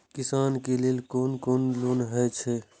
किसान के लेल कोन कोन लोन हे छे?